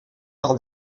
par